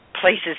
places